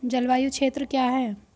जलवायु क्षेत्र क्या है?